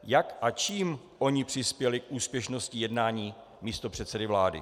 Jak a čím oni přispěli k úspěšnosti jednání místopředsedy vlády?